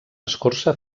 escorça